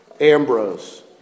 Ambrose